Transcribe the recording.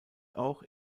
auch